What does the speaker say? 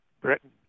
Britain